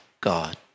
God